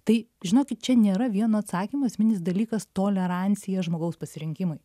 tai žinokit čia nėra vieno atsakymo esminis dalykas tolerancija žmogaus pasirinkimui